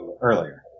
earlier